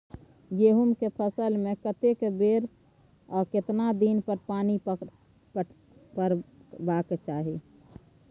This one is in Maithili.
गेहूं के फसल मे कतेक बेर आ केतना दिन पर पानी परबाक चाही?